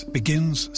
begins